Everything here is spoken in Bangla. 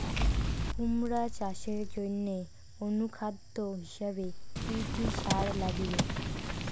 কুমড়া চাষের জইন্যে অনুখাদ্য হিসাবে কি কি সার লাগিবে?